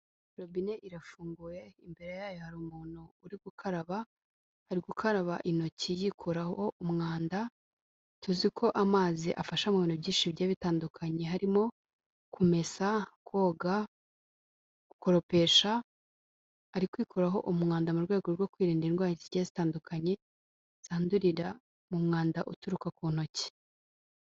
Robine irafunguye imbere yayo hari umuntu uri gukaraba, ari gukaraba intoki yikuraho umwanda, tuzi ko amazi afasha mu bintu byinshi bijyiye bitandukanye, harimo kumesa, koga, gukoropesha, ari kwikuraho umwanda mu rwego rwo kwirinda indwara zigiye zitandukanye, zandurira mu mwanda uturuka ku ntoki.